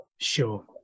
Sure